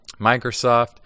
Microsoft